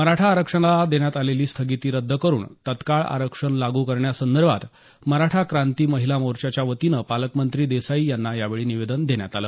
मराठा आरक्षणाला देण्यात आलेली स्थगिती रद्द करून तत्काळ आरक्षण लागू करण्यासंदर्भात मराठा क्रांती महिला मोर्चाच्या वतीनं पालकमंत्री देसाई यांना यावेळी निवेदन देण्यात आलं